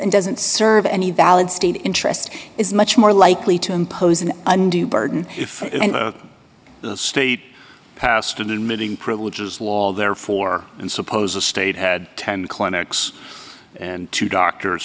and doesn't serve any valid state interest is much more likely to impose an undue burden if the state passed admitting privileges wall therefore and suppose the state had ten clinics and two doctors